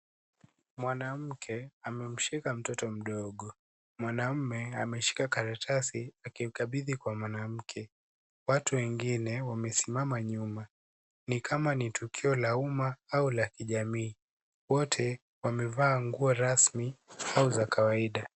Mwanamke amemshika mtoto mdogo. Mwanamme ameshika karatasi akimkabidhi kwa mwanamke. Watu wengine wamesimama nyuma, ni kama ni tukio la uma au la kijamii. Wote wamevaa nguo rasmi au za kawaida.